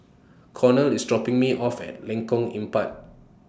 Cornel IS dropping Me off At Lengkong Empat